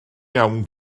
iawn